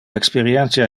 experientia